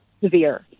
severe